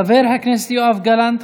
חבר הכנסת יואב גלנט,